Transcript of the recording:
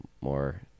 more